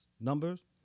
numbers